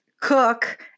cook